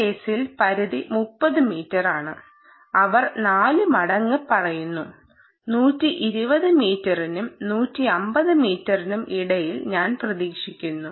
ഈ കേസിൽ പരിധി 30 മീറ്ററാണ് അവർ 4 മടങ്ങ് പറയുന്നു 120 മീറ്ററിനും 150 മീറ്ററിനും ഇടയിൽ ഞാൻ പ്രതീക്ഷിക്കുന്നു